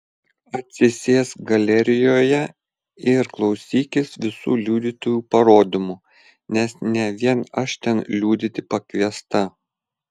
atsisėsk galerijoje ir klausykis visų liudytojų parodymų nes ne vien aš ten liudyti pakviesta